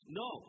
no